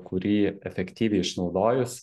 kurį efektyviai išnaudojus